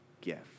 gift